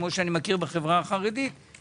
כמו שיש בחברה החרדית ואני מכיר,